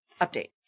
update